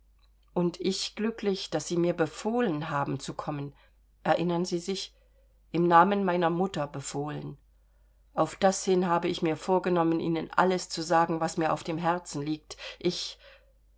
und ich glücklich daß sie mir befohlen haben zu kommen erinnern sie sich im namen meiner mutter befohlen auf das hin habe ich mir vorgenommen ihnen alles zu sagen was mir auf dem herzen liegt ich